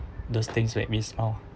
those things make me smile